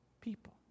people